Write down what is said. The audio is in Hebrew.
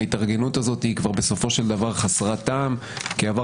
ההתארגנות הזאת בסופו של דבר כבר חסרת טעם כי עבר